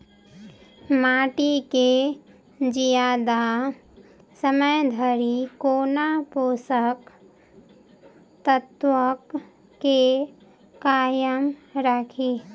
माटि केँ जियादा समय धरि कोना पोसक तत्वक केँ कायम राखि?